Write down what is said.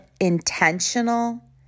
intentional